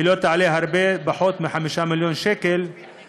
לא תעלה הרבה, פחות מ-5 מיליון למדינה.